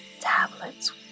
tablets